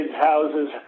houses